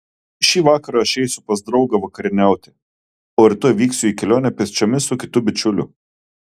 šį vakarą aš eisiu pas draugą vakarieniauti o rytoj vyksiu į kelionę pėsčiomis su kitu bičiuliu